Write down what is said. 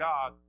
God